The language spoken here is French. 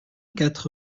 quatre